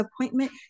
appointment